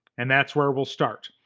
and that's where we'll start.